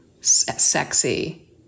sexy